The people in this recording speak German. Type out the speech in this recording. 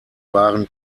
waren